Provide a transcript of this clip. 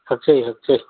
ꯍꯛꯆꯩ ꯍꯛꯆꯩ